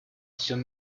всем